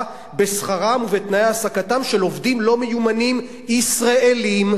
בשכרם ובתנאי העסקתם של עובדים לא מיומנים ישראלים.